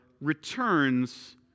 returns